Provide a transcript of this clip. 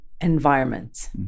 environment